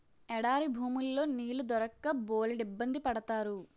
ఎడారి భూముల్లో నీళ్లు దొరక్క బోలెడిబ్బంది పడతారు